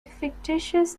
fictitious